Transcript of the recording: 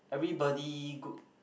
everybody go